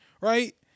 right